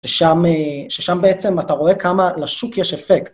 ששם בעצם אתה רואה כמה לשוק יש אפקט.